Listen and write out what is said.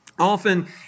Often